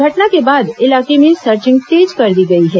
घटना के बाद इलाके में सर्चिंग तेज कर दी गई है